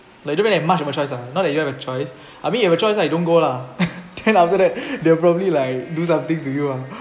like don't really have much of a choice uh not that you have a choice I mean you have a choice you don't go lah can ah after that they'll probably like do something to you lah